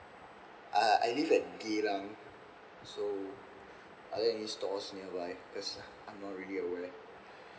uh I live at geylang so are there any stores nearby cause I'm not really aware